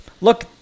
look